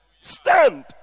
Stand